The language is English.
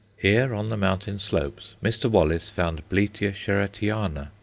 here, on the mountain slopes, mr. wallace found bletia sherrattiana,